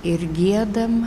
ir giedam